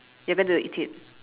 ya I went to eat it